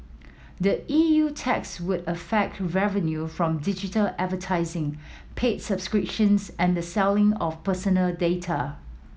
the E U tax would affect revenue from digital advertising paid subscriptions and the selling of personal data